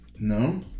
No